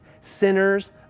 sinners